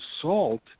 salt